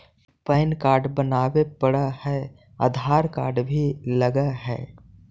Pan card बनावे पडय है आधार कार्ड भी लगहै?